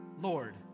Lord